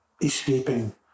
escaping